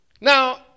Now